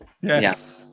yes